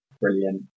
brilliant